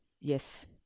yes